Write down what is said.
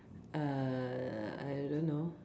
err I don't know